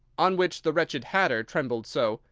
on which the wretched hatter trembled so,